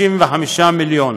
65 מיליון.